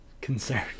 concern